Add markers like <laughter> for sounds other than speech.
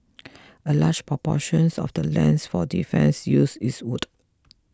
<noise> a large proportions of the lands for defence use is wooded